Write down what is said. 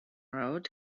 road